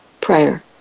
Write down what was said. Prayer